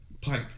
pipe